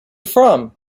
from